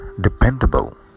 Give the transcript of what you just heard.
dependable